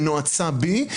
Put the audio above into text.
ונועצה בי,